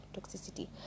toxicity